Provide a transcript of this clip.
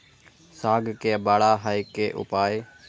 साग के बड़ा है के उपाय?